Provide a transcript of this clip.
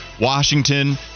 washington